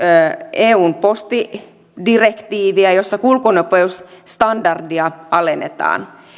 eun postidirektiiviä jossa kulkunopeusstandardia alennetaan